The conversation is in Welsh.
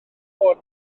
holl